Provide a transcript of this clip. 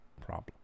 problem